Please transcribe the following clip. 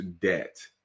debt